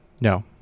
No